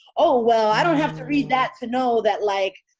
oh, well, i don't have to read that to know that, like,